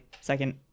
second